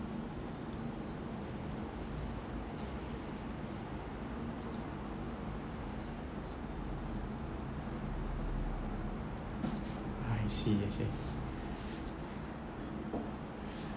I see I